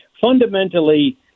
fundamentally